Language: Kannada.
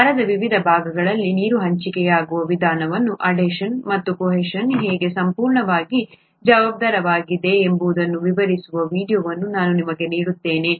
ಮರದ ವಿವಿಧ ಭಾಗಗಳಿಗೆ ನೀರು ಹಂಚಿಕೆಯಾಗುವ ವಿಧಾನಕ್ಕೆ ಅಡೇಷನ್ ಮತ್ತು ಕೋಹೆಷನ್ ಹೇಗೆ ಸಂಪೂರ್ಣವಾಗಿ ಜವಾಬ್ದಾರವಾಗಿದೆ ಎಂಬುದನ್ನು ವಿವರಿಸುವ ವೀಡಿಯೊವನ್ನು ನಾನು ನಿಮಗೆ ನೀಡುತ್ತೇನೆ